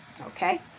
okay